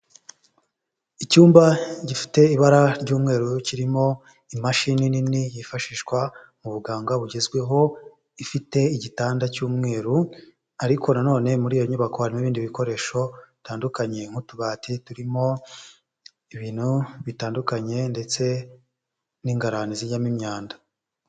Icyumba gifite ibara ry'umweru kirimo imashini nini yifashishwa mu buganga bugezweho, ifite igitanda cy'umweru ariko nanone muri iyo nyubako harimo ibindi bikoresho bitandukanye nk'utubati, turimo ibintu bitandukanye ndetse n'ingarane zijyamo imyanda.